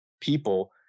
people